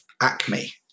ACME